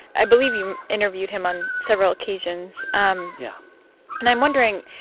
i believe you interviewed him on several occasions um yeah and i'm wondering,